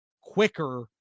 quicker